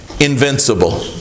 invincible